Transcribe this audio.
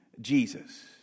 Jesus